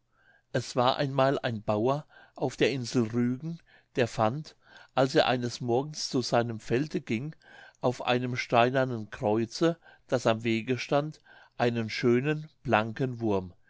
es war einmal ein bauer auf der insel rügen der fand als er eines morgens zu seinem felde ging auf einem steinernen kreuze das am wege stand einen schönen blanken wurm